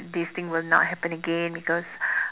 this thing will not happen again because